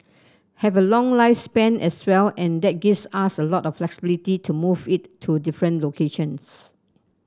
have a long lifespan as well and that gives us a lot of flexibility to move it to different locations